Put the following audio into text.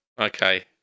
Okay